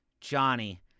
Johnny